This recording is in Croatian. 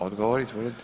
Odgovor.